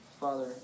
Father